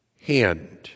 hand